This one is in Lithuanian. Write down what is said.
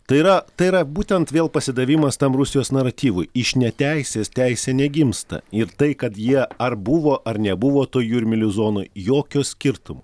tai yra tai yra būtent vėl pasidavimas tam rusijos naratyvui iš neteisės teisė negimsta ir tai kad jie ar buvo ar nebuvo toj jūrmylių zonoj jokio skirtumo